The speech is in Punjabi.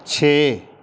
ਛੇ